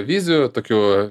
vizijų tokių